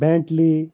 Bentley